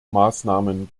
maßnahmen